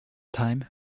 time